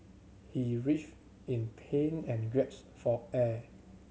he writhed in pain and gasped for air